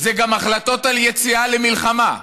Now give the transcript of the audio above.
זה גם החלטות על יציאה למלחמה,